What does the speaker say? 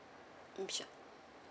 mm sure